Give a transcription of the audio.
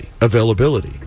availability